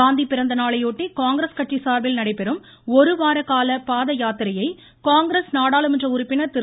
காந்தி பிறந்த நாளையொட்டி காங்கிரஸ் கட்சி சார்பில் நடைபெறும் ஒரு வார கால பாதயாத்திரையை காங்கிரஸ் நாடாளுமன்ற உறுப்பினர் திரு